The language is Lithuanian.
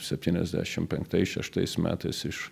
septyniasdešim penktais šeštais metais iš